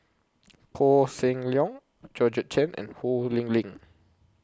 Koh Seng Leong Georgette Chen and Ho Lee Ling